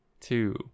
two